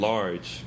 Large